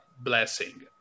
blessing